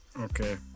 Okay